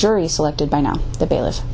jury selected by now the bailiff